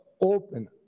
open